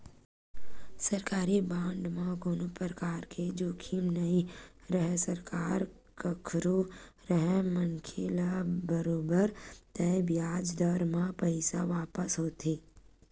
सरकारी बांड म कोनो परकार के जोखिम नइ राहय सरकार कखरो राहय मनखे ल बरोबर तय बियाज दर म पइसा वापस होथे